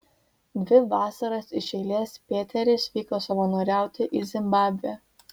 dvi vasaras iš eilės pėteris vyko savanoriauti į zimbabvę